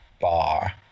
bar